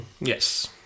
Yes